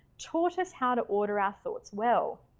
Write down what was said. taught us how to order our thoughts well.